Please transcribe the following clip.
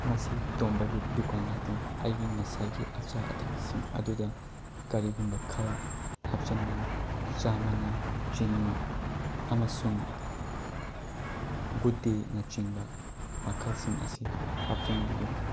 ꯃꯁꯤ ꯇꯣꯝꯕꯒꯤ ꯗꯨꯀꯥꯟ ꯅꯠꯇ꯭ꯔꯣ ꯑꯩꯒꯤ ꯉꯁꯥꯏꯒꯤ ꯑꯆꯥ ꯑꯊꯛꯁꯤꯡ ꯑꯗꯨꯗ ꯀꯔꯤꯒꯨꯝꯕ ꯈꯔ ꯍꯥꯞꯆꯤꯟꯕꯤꯌꯨ ꯆꯥ ꯃꯅꯥ ꯆꯤꯅꯤ ꯑꯃꯁꯨꯡ ꯒꯨꯠꯗꯦꯅꯆꯤꯡꯕ ꯃꯈꯜꯁꯤꯡ ꯑꯁꯤ ꯍꯥꯞꯆꯟꯕꯤꯌꯨ